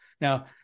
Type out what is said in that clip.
Now